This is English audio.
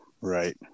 Right